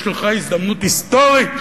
יש לך הזדמנות היסטורית,